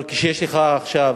אבל כשיש לך עכשיו,